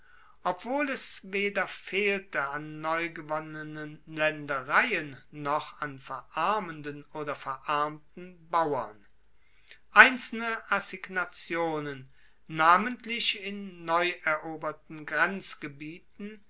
obwohl es weder fehlte an neugewonnenen laendereien noch an verarmenden oder verarmten bauern einzelne assignationen namentlich in neueroberten